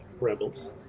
rebels